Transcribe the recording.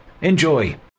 enjoy